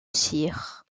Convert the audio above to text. cire